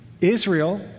Israel